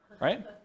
Right